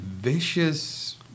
vicious